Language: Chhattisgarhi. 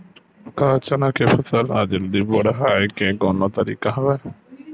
का चना के फसल ल जल्दी बढ़ाये के कोनो तरीका हवय?